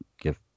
give